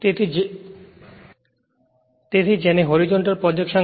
તેથી જેને horizontal projection કહે છે તે લો